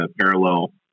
parallel